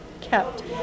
kept